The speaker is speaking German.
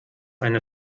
eine